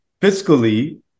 fiscally